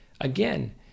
again